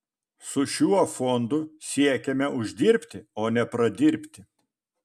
su šiuo fondu siekiame uždirbti o ne pradirbti